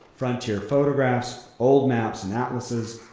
frontier photographs, old maps and atlases,